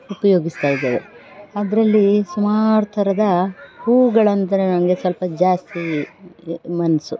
ಉಪಯೋಗಿಸ್ತಾ ಇದ್ದೇವೆ ಅದರಲ್ಲಿ ಸುಮಾರು ಥರದ ಹೂವುಗಳಂದರೆ ನನಗೆ ಸ್ವಲ್ಪ ಜಾಸ್ತಿ ಮನಸ್ಸು